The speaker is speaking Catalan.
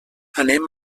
anem